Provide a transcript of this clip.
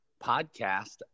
podcast